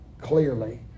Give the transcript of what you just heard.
Clearly